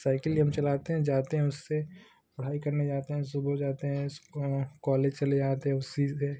cycle हम चलाते हैं जाते है उससे पढ़ाई करने जाते है सुबह जाते हैं कॉलेज चले जाते हैं उसी से